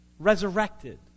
resurrected